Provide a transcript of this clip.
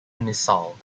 missile